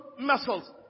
muscles